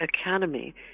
academy